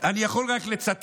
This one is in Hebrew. אני יכול רק לצטט,